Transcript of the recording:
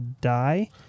die